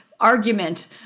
Argument